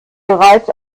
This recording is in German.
bereits